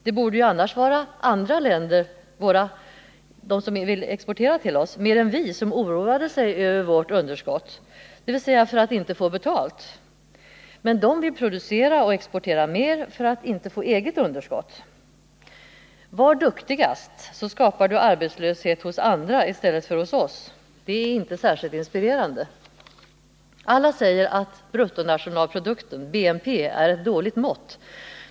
De borde ju vara mer oroade än vi över vårt budgetunderskott, dvs. de borde vara oroade för att inte få betalt. Men de vill producera och exportera mera för att inte själva få ett underskott. Var duktigast, så skapar du arbetslöshet hos andra i stället för hos oss! Det är emellertid inte särskilt inspirerande. Alla säger att bruttonationalprodukten, BNP, är ett dåligt mått.